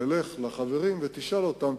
תלך לחברים ותשאל אותם,